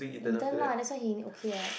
intern lah that's why he in okay [what]